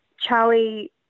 Charlie